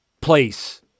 place